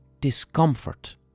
discomfort